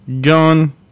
gone